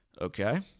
Okay